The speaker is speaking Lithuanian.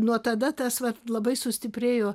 nuo tada tas vat labai sustiprėjo